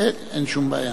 אין שום בעיה.